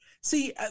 See